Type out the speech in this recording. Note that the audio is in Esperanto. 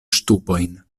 ŝtupojn